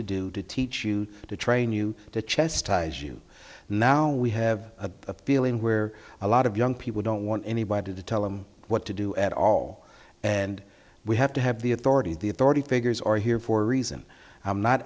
to do to teach you to train you to chess ties you now we have a feeling where a lot of young people don't want anybody to tell them what to do at all and we have to have the authority the authority figures are here for a reason i'm not